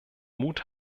mut